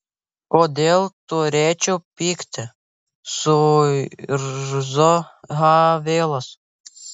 kodėl turėčiau pykti suirzo havelas